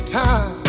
time